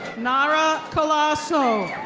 nara colasso.